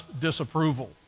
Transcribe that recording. disapproval